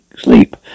sleep